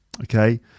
Okay